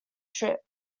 trip